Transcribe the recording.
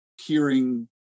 hearing